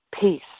peace